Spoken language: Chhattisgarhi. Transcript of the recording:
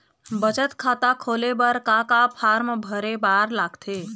बचत खाता खोले बर का का फॉर्म भरे बार लगथे?